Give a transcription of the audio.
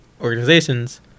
organizations